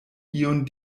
ion